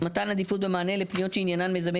מתן עדיפות במענה לפניות שהעניין מיזמי